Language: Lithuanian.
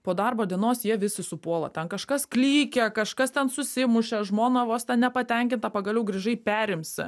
po darbo dienos jie visi supuola ten kažkas klykia kažkas ten susimušė žmona vos ten nepatenkinta pagaliau grįžai perimsi